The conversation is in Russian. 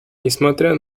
несмотря